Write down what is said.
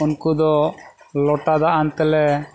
ᱩᱱᱠᱩ ᱫᱚ ᱞᱚᱴᱟ ᱫᱟᱜ ᱟᱱ ᱛᱮᱞᱮ